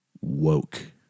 woke